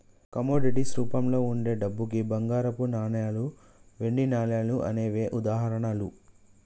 commodities రూపంలో వుండే డబ్బుకి బంగారపు నాణాలు, వెండి నాణాలు అనేవే ఉదాహరణలు